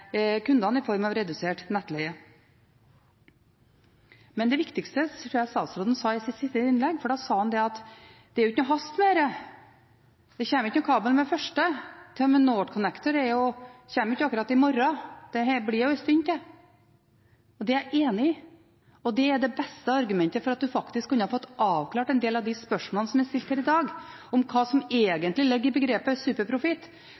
kundene i form av redusert nettleie. Men det viktigste tror jeg statsråden sa i sitt siste innlegg, for da sa han at det er ikke noe hast med dette, det kommer ikke noen kabel med det første. NorthConnect kommer ikke akkurat i morgen, det blir jo en stund til. Det er jeg enig i, og det er det beste argumentet for at en faktisk kunne ha fått avklart en del av de spørsmålene som er stilt her i dag – hva som